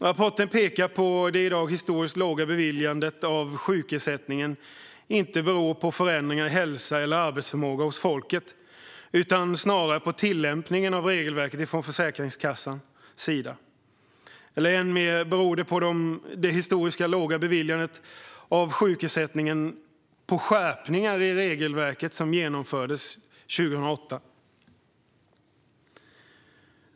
Rapporten pekar på att det i dag historiskt låga beviljandet av sjukersättning inte beror på förändringar i hälsa eller arbetsförmåga hos folket utan snarare på tillämpningen av regelverket från Försäkringskassans sida. Än mer beror det historiskt låga beviljandet av sjukersättning på de skärpningar i regelverket som genomfördes 2008.